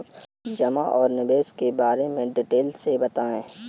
जमा और निवेश के बारे में डिटेल से बताएँ?